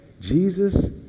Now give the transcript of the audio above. Jesus